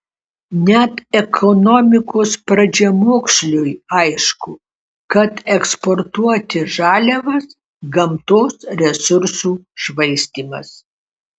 net ekonomikos pradžiamoksliui aišku kad eksportuoti žaliavas gamtos resursų švaistymas